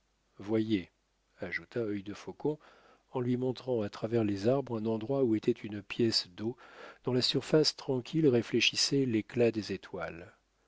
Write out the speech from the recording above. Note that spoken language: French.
voyez ajouta œil de faucon en lui montrant à travers les arbres un endroit où était une pièce d'eau dont la surface tranquille réfléchissait l'éclat des étoiles